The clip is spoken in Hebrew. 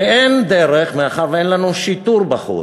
שאין דרך אחרת, מאחר שאין לנו שיטור בחוץ.